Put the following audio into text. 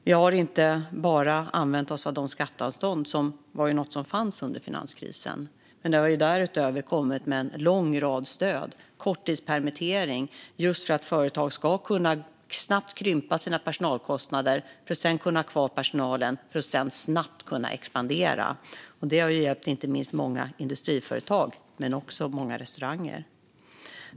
Vi har inte bara använt oss av de skatteanstånd som ju fanns under finanskrisen, utan vi har därutöver kommit med en lång rad stöd, till exempel korttidspermittering, just för att företag snabbt ska kunna krympa sina personalkostnader och ändå ha kvar personalen för att sedan snabbt kunna expandera. Detta har hjälpt inte minst många industriföretag men också många restauranger.